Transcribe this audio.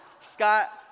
Scott